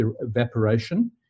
evaporation